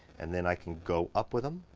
and then i can go up with em.